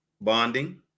bonding